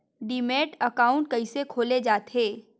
Demat account कइसे खोले जाथे?